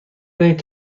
بدهید